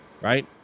Right